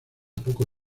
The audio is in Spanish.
poco